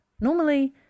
Normally